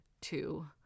two